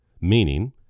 Meaning